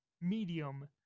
medium